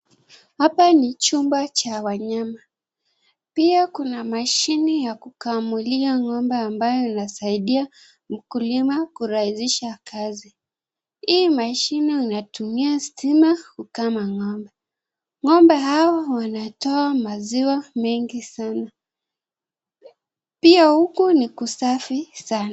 Hapa ni chumba cha wanyama pia kuna mashine ya kukamulia ng'ombe ambayo inasaidia mkulima kurahisisha kazi. Hii mashine unatumia stima kukama ng'ombe.Ng'ombe hawa wanatoa maziwa mengi sana. Pia huku ni kusafi sana.